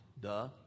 duh